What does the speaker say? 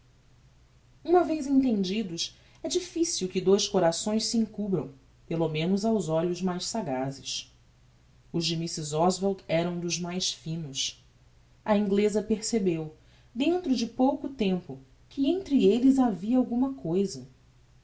uma vez entendidos é difficil que dous corações se encubram pelo menos aos olhos mais sagazes os de mrs oswald eram dos mais finos a ingleza percebeu dentro de pouco tempo que entre elles havia alguma cousa